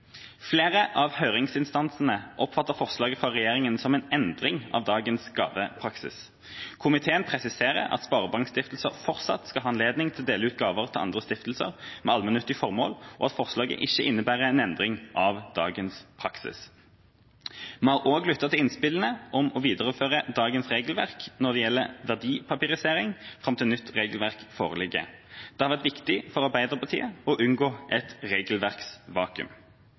Flere av høringsinstansene oppfattet forslaget fra regjeringa som en endring av dagens gavepraksis. Komitéen presiserer at sparebankstiftelser fortsatt skal ha anledning til å dele ut gaver til andre stiftelser med allmennyttige formål, og at forslaget ikke innebærer en endring av dagens praksis. Vi har også lyttet til innspillene om å videreføre dagens regelverk når det gjelder verdipapirisering, fram til nytt regelverk foreligger. Det har vært viktig for Arbeiderpartiet å unngå et regelverksvakuum.